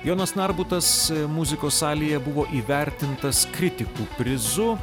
jonas narbutas muzikos salėje buvo įvertintas kritikų prizu